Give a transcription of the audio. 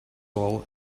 all